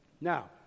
Now